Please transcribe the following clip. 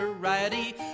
variety